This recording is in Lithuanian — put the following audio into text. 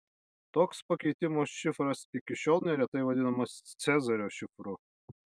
toks pakeitimo šifras iki šiol neretai vadinamas cezario šifru